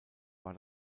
war